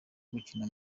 gukina